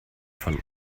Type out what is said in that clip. von